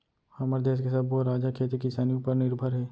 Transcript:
हमर देस के सब्बो राज ह खेती किसानी उपर निरभर हे